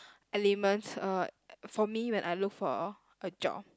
elements uh for me when I look for a job